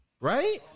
right